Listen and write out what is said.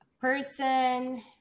Person